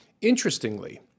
interestingly